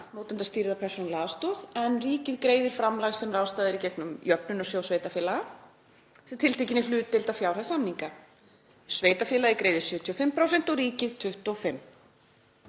notendastýrða persónulega aðstoð, en ríkið greiðir framlag sem ráðstafað er í gegnum Jöfnunarsjóð sveitarfélaga sem tiltekinni hlutdeild af fjárhæð samninga. Sveitarfélagið greiðir 75% og ríkið 25%.